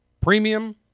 premium